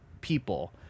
people